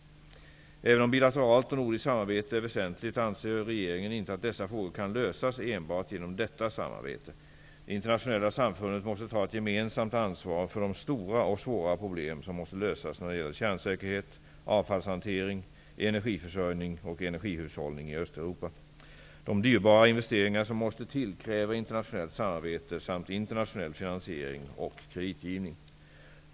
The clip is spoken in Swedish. Även om bilateralt och nordiskt samarbete är väsentligt anser regeringen inte att dessa frågor kan lösas enbart genom detta samarbete. Det internationella samfundet måste ta ett gemensamt ansvar för de stora och svåra problem som måste lösas när det gäller kärnsäkerhet, avfallshantering, energiförsörjning och energihushållning i Östeuropa. De dyrbara investeringar som måste till kräver internationellt samarbete samt internationell finansiering och kreditgivning.